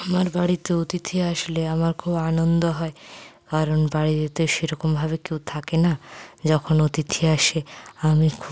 আমার বাড়িতে অতিথি আশলে আমার খুব আনন্দ হয় কারণ বাড়িতে সেরকমভাবে কেউ থাকে না যখন অতিথি আসে আমি খুব